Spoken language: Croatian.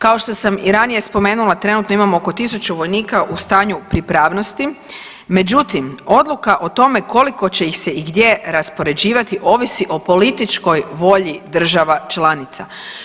Kao što sam i ranije spomenula trenutno imamo oko 1.000 vojnika u stanju pripravnosti, međutim odluka o tome koliko će ih se i gdje raspoređivati ovisi o političkoj volji država članica.